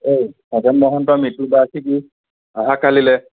এই খগেন মহন্তৰ মৃত্যুবাৰ্ষিকী অহা কালিলৈ